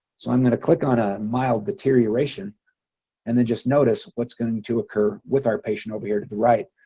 so i'm going to click on a mild deterioration and then just notice what's going to occur with our patient over here to the right?